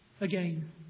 again